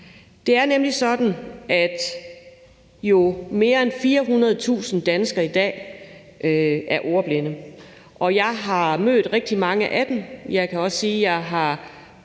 Det er nemlig sådan, at mere end 400.000 danskere i dag jo er ordblinde, og jeg har mødt rigtig mange af dem. Jeg kan også sige, at jeg har